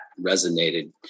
resonated